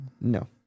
No